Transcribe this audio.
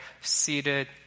seated